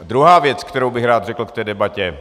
Druhá věc, kterou bych rád řekl k té debatě.